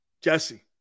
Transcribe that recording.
Jesse